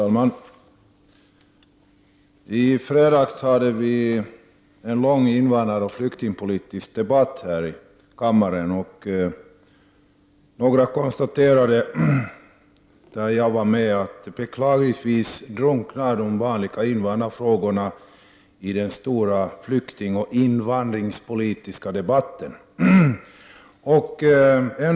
Fru talman! I fredags hade vi en lång invandraroch flyktingpolitisk debatt här i kammaren. Några konstaterade, där jag var med, att de vanliga invandrarfrågorna beklagligtvis drunknar i den stora flyktingoch invandringspolitiska debatten.